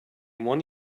one